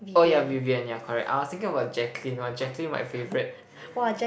oh ya Vivian ya correct I was thinking of a Jacqueline !wah! Jacqueline my favourite